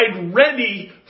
ready